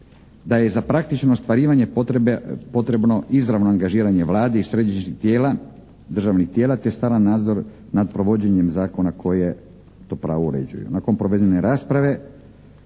da je za praktično ostvarivanje potrebno izravno angažiranje Vlade i središnjeg tijela, državnih tijela te stalan nadzor nad provođenjem zakona koje to pravo uređuju. Nakon provedene rasprave